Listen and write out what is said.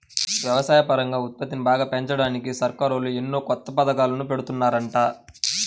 వ్యవసాయపరంగా ఉత్పత్తిని బాగా పెంచడానికి సర్కారోళ్ళు ఎన్నో కొత్త పథకాలను పెడుతున్నారంట